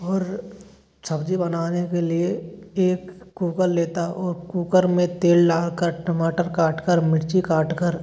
और सब्ज़ी बनाने के लिए एक कुकर लेता और कुकर में तेल डाल कर टमाटर काट कर मिर्ची काट कर